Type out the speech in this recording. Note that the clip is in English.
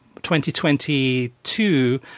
2022